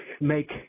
make